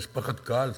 יש פחד קהל תמיד,